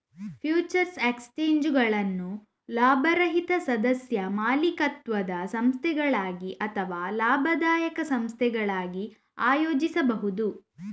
futures ಎಕ್ಸ್ಚೇಂಜುಗಳನ್ನು ಲಾಭರಹಿತ ಸದಸ್ಯ ಮಾಲೀಕತ್ವದ ಸಂಸ್ಥೆಗಳಾಗಿ ಅಥವಾ ಲಾಭದಾಯಕ ಸಂಸ್ಥೆಗಳಾಗಿ ಆಯೋಜಿಸಬಹುದು